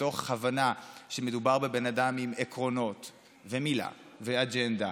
מתוך הבנה שמדובר באדם עם עקרונות ומילה ואג'נדה